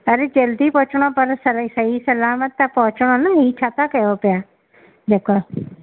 अरे जल्दी पोहचणो आहे पर सही सलामत त पोहचणो आहे न हीअ छाता कयो पिया जेका